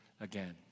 again